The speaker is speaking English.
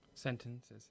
Sentences